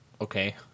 okay